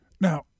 Now